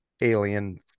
Alien